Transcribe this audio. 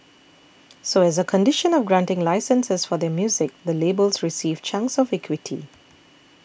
so as a condition of granting licences for their music the labels received chunks of equity